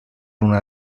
una